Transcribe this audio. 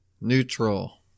Neutral